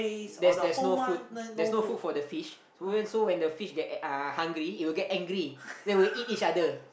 there's there's no food there's no food for the fish so when so when the fish get uh hungry it will get angry then it will eat each other